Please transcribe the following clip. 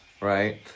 right